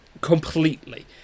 completely